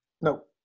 No